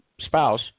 Spouse